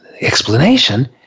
explanation